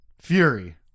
Fury